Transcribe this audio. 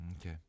Okay